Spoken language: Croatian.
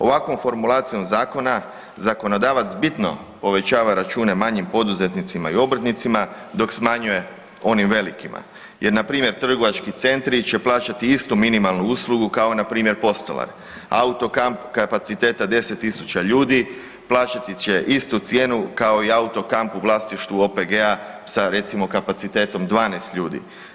Ovakvom formulacijom zakona, zakonodavac bitno povećava račune manjim poduzetnicima i obrtnicima, dok smanjuje onim velikima jer npr. trgovački centri će plaćati istu minimalnu uslugu, kao npr. postolari, auto-kamp kapacitete 10 tisuća ljudi plaćati će istu cijenu kao i auto-kamp u vlasništvu OPG-a sa recimo, kapacitetom 12 ljudi.